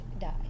die